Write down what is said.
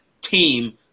team